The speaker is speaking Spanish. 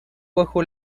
bajo